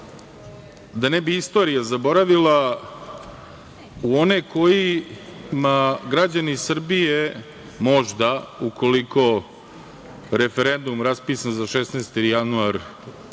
da ne bi istorija zaboravila u one kojima građani Srbije, možda, ukoliko referendum raspisan za 16. januar